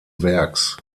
werks